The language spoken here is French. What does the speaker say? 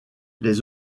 les